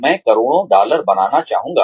मैं करोड़ों डॉलर बनाना चाहूँगा